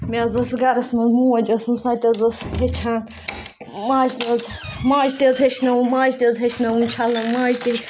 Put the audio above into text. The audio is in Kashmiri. مےٚ حظ ٲس گَرَس منٛز موج ٲسٕم سۄ تہِ حظ ٲس ہیٚچھان ماجہِ تہِ حظ ماجہِ تہِ حظ ہیٚچھنٲوٕم ماجہِ تہِ حظ ہیٚچھنٲوٕم چھَلٕنۍ ماجہِ تہِ